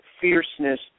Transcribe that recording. fierceness